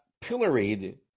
pilloried